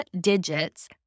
digits